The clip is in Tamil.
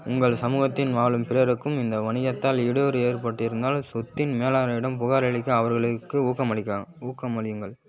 உங்கள் சமூகத்தின் வாலும் பிறருக்கும் இந்த வணிகத்தால் இடையூறு ஏற்பட்டிருந்தால் சொத்தின் மேலாளரிடம் புகாரளிக்க அவர்களுக்கு ஊக்கமளிக்கலாம் ஊக்கம் அளியுங்கள்